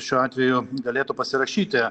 šiuo atveju galėtų pasirašyti